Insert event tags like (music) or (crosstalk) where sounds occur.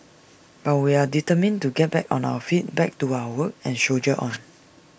but we are determined to get back on our feet back to our work and soldier on (noise)